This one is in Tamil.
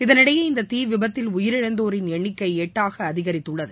இதனிடையே இந்த தீ விபத்தில் உயிரிழந்தோரின் எண்ணிக்கை எட்டாக அதிகரித்துள்ளது